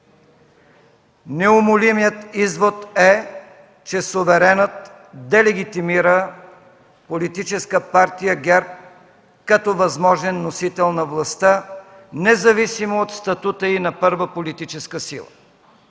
Неумолимият извод е, че суверенът делегитимира Политическа партия ГЕРБ като възможен носител на властта, независимо от статута й на първа политическа сила,